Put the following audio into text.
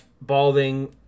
balding